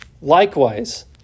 Likewise